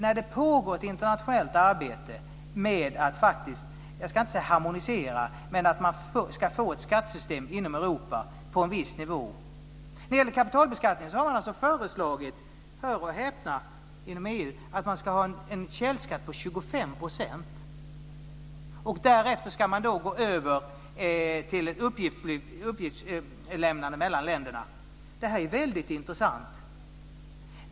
Samtidigt pågår det ett internationellt arbete kanske inte med att harmonisera skatterna men åtminstone med att få ett skattesystem inom Europa på en viss nivå. När det gäller kapitalbeskattning har man inom EU föreslagit, hör och häpna, att man ska ha en källskatt på 25 %. Därefter ska man gå över till uppgiftslämnande mellan länderna. Det här är väldigt intressant.